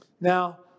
Now